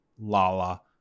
Lala